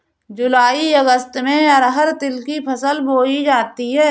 जूलाई अगस्त में अरहर तिल की फसल बोई जाती हैं